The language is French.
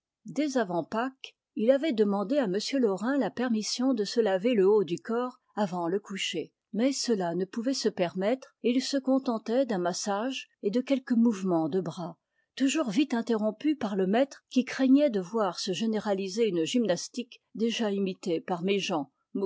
dès avant pâques il avait demandé à m laurin la permission de se laver le haut du corps avant le coucher mais cela ne ppuvait se permettre et il se contentait d'un massage et de quelques mou vements de bras toujours vite interrompus par le maître qui craignait de voir se géné raliser une gymnastique déjà imitée par méjean